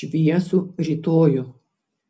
šviesų rytojų